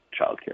childcare